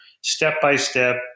step-by-step